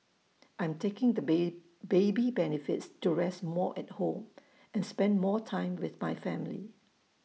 I'm taking the baby benefits to rest more at home and spend more time with my family